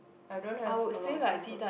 I don't have a lot of comfort food